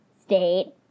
state